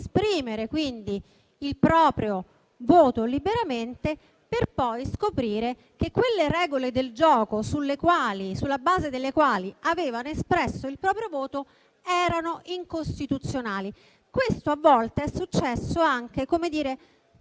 il proprio voto liberamente, per poi scoprire che le regole del gioco, sulla base delle quali avevano espresso il proprio voto, erano incostituzionali. Questo è successo anche non